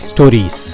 Stories